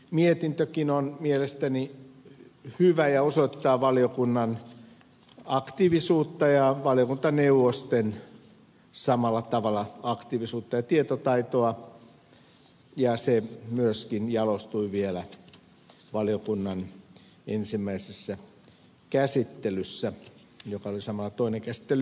mietintökin on mielestäni hyvä ja osoittaa valiokunnan aktiivisuutta ja valiokuntaneuvosten samalla tavalla aktiivisuutta ja tietotaitoa ja se myöskin jalostui vielä valiokunnan ensimmäisessä käsittelyssä joka oli samalla toinen käsittely